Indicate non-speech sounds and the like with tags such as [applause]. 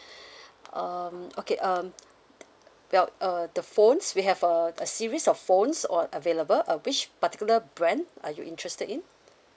[breath] um okay um t~ bel~ uh the phones we have uh a series of phones all are available uh which particular brand are you interested in